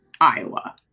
iowa